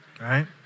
right